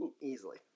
Easily